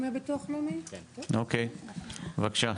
שפרה, בבקשה.